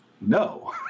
no